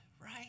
right